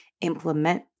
implement